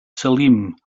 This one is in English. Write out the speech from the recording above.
salem